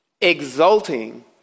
exulting